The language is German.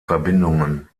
verbindungen